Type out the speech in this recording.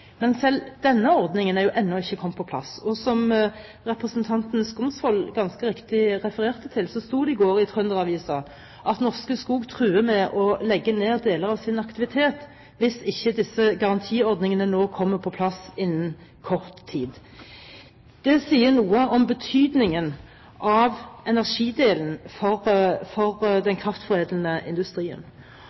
Men selv denne ordningen er ennå ikke kommet på plass. Som representanten Skumsvoll ganske riktig refererte til, sto det i går i Trønder-Avisa at Norske Skog truer med å legge ned deler av sin aktivitet hvis ikke disse garantiordningene kommer på plass innen kort tid. Det sier noe om betydningen av energidelen for den kraftforedlende industrien.